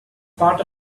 part